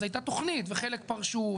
אז הייתה תכנית וחלק פרשו,